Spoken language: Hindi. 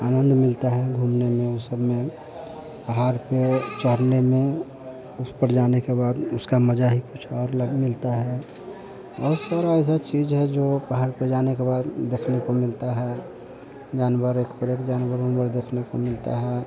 आनंद मिलता है घूमने में उ सब में पहाड़ पर चढ़ने में उस पर जाने के बाद उसका मज़ा ही कुछ और मिलता है बहुत सारी ऐसी चीज़ है जो पहाड़ पर जाने के बाद देखने को मिलता है जानवर एक पर एक जानवर देखने को मिलते हैं